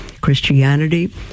christianity